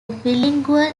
bilingual